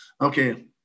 okay